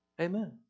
Amen